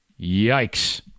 Yikes